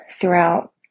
throughout